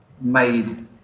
made